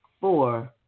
four